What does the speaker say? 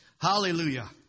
Hallelujah